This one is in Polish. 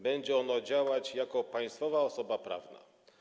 Będzie ono działać jako państwowa osoba prawna.